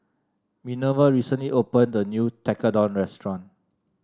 Minerva recently opened a new Tekkadon restaurant